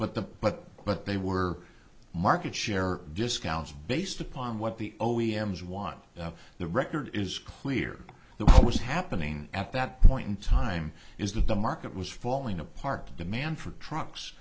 but the but but they were market share discounts based upon what the o e m s want the record is clear the what was happening at that point in time is that the market was falling apart demand for trucks